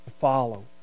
follow